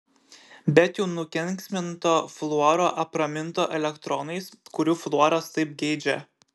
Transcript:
bet jau nukenksminto fluoro apraminto elektronais kurių fluoras taip geidžia